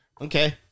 Okay